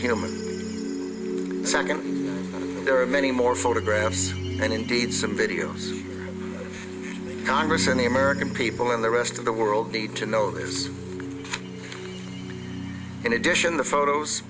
second there are many more photographs and indeed some videos the congress and the american people in the rest of the world need to know is in addition the photos